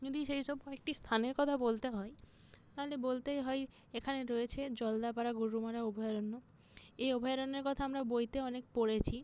যদি সেই সব কয়েকটি স্থানের কথা বলতে হয় তাহলে বলতেই হয় এখানে রয়েছে জলদাপাড়া গরুমারা অভয়ারণ্য এই অভয়ারণ্যের কথা আমরা বইতে অনেক পড়েছি